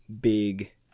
big